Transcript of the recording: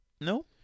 No